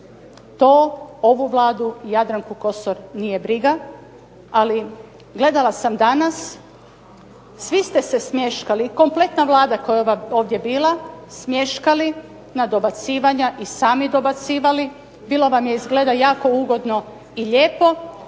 to ovu Vladu i Jadranku Kosor nije briga. Ali gledala sam danas svi ste se smješkali, kompletna Vlada koja je ovdje bila, smješkali na dobacivanja i sami dobacivali. Bilo vam je izgleda jako ugodno i lijepo,